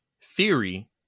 theory